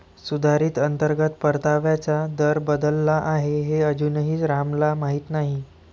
सुधारित अंतर्गत परताव्याचा दर बदलला आहे हे अजूनही रामला माहीत नाही